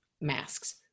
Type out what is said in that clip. masks